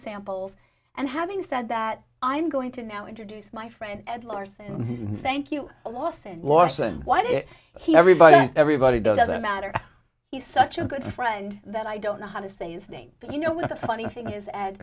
samples and having said that i'm going to now introduce my friend ed larson thank you a loss and larson why did he everybody like everybody doesn't matter he's such a good friend that i don't know how to say is name but you know what the funny thing is add